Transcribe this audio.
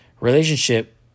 relationship